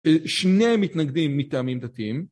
שני מתנגדים מטעמים דתיים